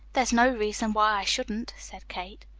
there's no reason why i shouldn't, said kate.